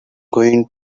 going